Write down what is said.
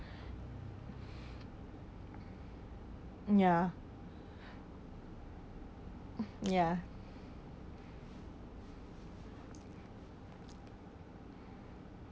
ya ya